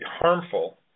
harmful